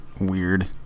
weird